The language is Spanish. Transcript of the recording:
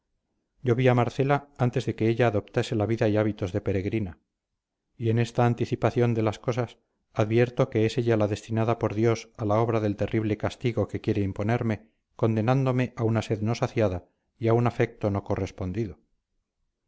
yo vi a marcela antes de que ella adoptase la vida y hábitos de peregrina y en esta anticipación de las cosas advierto que es ella la destinada por dios a la obra del terrible castigo que quiere imponerme condenándome a una sed no saciada y a un afecto no correspondido